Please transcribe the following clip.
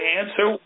answer